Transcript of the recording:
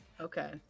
Okay